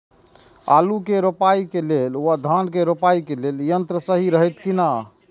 आलु के रोपाई के लेल व धान के रोपाई के लेल यन्त्र सहि रहैत कि ना?